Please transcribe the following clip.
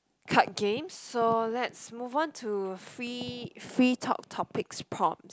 card game so let's move on to free free talk topics prompts